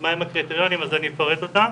מה הם הקריטריונים אז אפרט אותם,